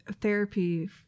therapy